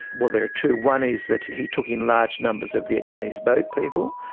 well, there are two, one is that he took in large numbers of vietnamese boat people,